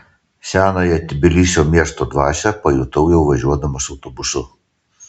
senąją tbilisio miesto dvasią pajutau jau važiuodamas autobusu